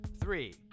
Three